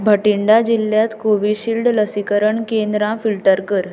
भटींडा जिल्ल्यांत कोविशिल्ड लसीकरण केंद्रां फिल्टर कर